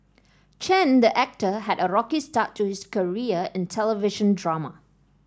Chen the actor had a rocky start to his career in television drama